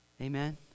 Amen